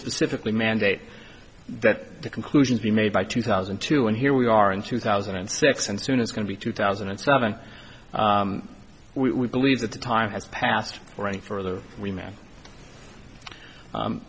specifically mandate that the conclusions be made by two thousand and two and here we are in two thousand and six and soon as going to be two thousand and seven we believe that the time has passed or any further we ma